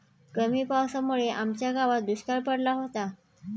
कमी पावसामुळे आमच्या गावात दुष्काळ पडला होता